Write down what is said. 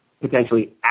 potentially